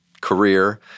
career